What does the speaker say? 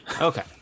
Okay